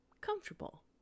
comfortable